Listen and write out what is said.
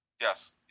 yes